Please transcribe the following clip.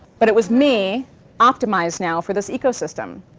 but it was me optimized now for this ecosystem.